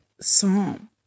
psalm